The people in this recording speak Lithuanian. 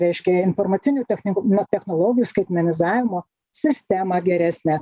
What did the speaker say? reiškia informacinių technikų na technologijų skaitmenizavimo sistemą geresnę